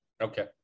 Okay